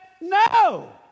No